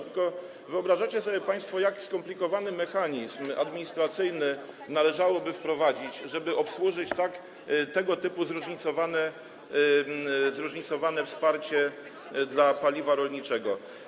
Tylko wyobrażacie sobie państwo, jak skomplikowany mechanizm administracyjny należałoby wprowadzić, żeby obsłużyć tego typu zróżnicowane wsparcie w zakresie paliwa rolniczego?